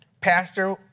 Pastor